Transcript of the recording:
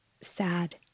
sad